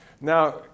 Now